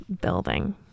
building